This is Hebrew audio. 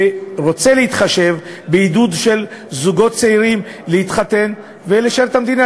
ורוצה להתחשב בעידוד של זוגות צעירים להתחתן ולשרת את המדינה,